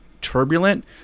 turbulent